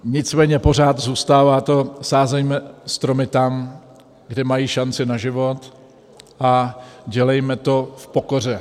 Nicméně pořád zůstává to sázejme stromy tam, kde mají šanci na život, a dělejme to v pokoře.